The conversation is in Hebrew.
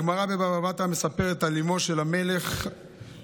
הגמרא בבבא בתרא מספרת על אימו של המלך שבור,